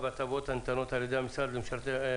כנ"ל אם יש הוצאות שנגזרות מכך למעסיקים אני חושב שהמדינה וצה"ל,